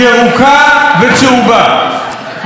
ירוקה וצהובה,